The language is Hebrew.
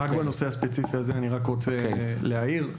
בנושא הספציפי הזה אני רוצה להעיר.